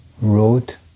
wrote